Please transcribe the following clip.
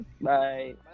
Bye